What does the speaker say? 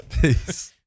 Peace